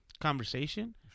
conversation